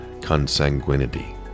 consanguinity